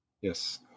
Yes